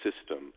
system